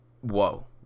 whoa